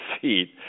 feet